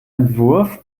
entwurf